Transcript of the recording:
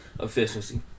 efficiency